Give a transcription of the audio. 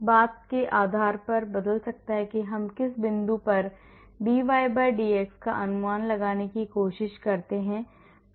तो यह इस बात के आधार पर बदल सकता है कि हम किस बिंदु पर dydx का अनुमान लगाने की कोशिश कर रहे हैं